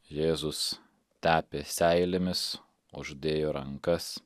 jėzus tepė seilėmis uždėjo rankas